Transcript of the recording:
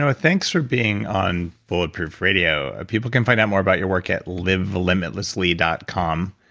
ah thanks for being on bulletproof radio. people can find out more about your work at livelimitlessly dot com,